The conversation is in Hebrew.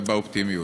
ובאופטימיות.